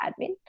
admin